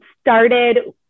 started